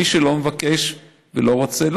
מי שלא מבקש ולא רוצה,